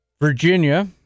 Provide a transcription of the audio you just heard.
Virginia